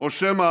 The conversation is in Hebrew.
או שמא